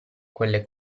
quelle